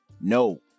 no